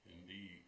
Indeed